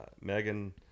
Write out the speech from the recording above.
Megan